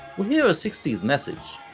we hear a sixties message,